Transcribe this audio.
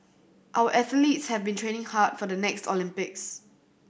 our athletes have been training hard for the next Olympics